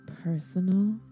personal